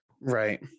Right